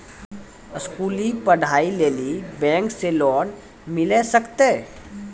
स्कूली पढ़ाई लेली बैंक से लोन मिले सकते?